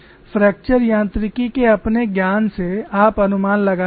fracture यांत्रिकी के अपने ज्ञान से आप अनुमान लगा सकते हैं